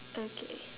okay